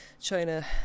China